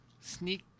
sneak